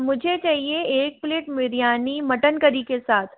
मुझे चहिए एक प्लेट बिरयानी मटन करी के साथ